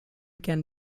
can